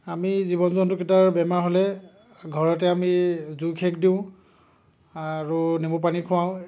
আমি জীৱ জন্তুকেইটাৰ বেমাৰ হ'লে ঘৰতে আমি জুইৰ সেক দিওঁ আৰু নেমু পানী খোৱাওঁ